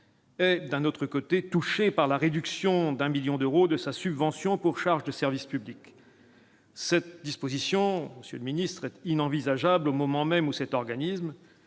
bâti. D'un autre côté, touchés par la réduction d'un 1000000 d'euros de sa subvention pour charges de service public. Cette disposition, monsieur le ministre, inenvisageable au moment même où cet organisme